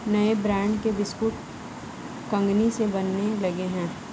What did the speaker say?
नए ब्रांड के बिस्कुट कंगनी से बनने लगे हैं